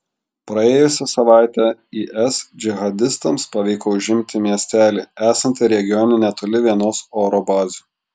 praėjusią savaitę is džihadistams pavyko užimti miestelį esantį regione netoli vienos oro bazių